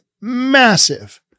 massive